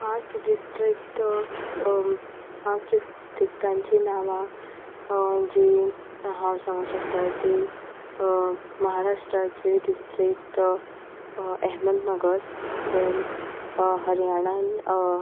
पांच डिस्ट्रिक्ट पांच डिस्ट्रिक्टांचीं नांवां जीं हांव सांगूंक शकता तीं म्हाराष्ट्राचें डिस्ट्रिक्ट अेहमदनगर धेन हरयाणान